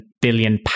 billion